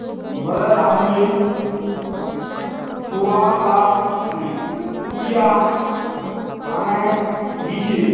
घररे आदमी छुवालाक चुकिया आनेय दीछे